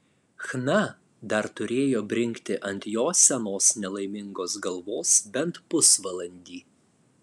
chna dar turėjo brinkti ant jo senos nelaimingos galvos bent pusvalandį